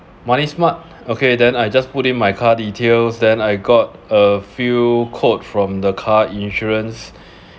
money smart okay then I just put in my car details then I got a few quote from the car insurance